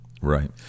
right